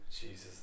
Jesus